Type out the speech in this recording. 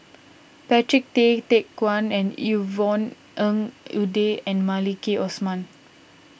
Patrick Tay Teck Guan and Yvonne Ng Uhde and Maliki Osman